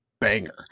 banger